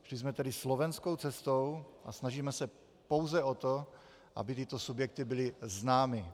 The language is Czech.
Šli jsme tedy slovenskou cestou a snažíme se pouze o to, aby tyto subjekty byly známy.